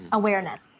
awareness